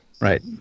Right